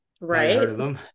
Right